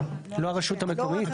לא הרשות המקומית,